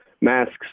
masks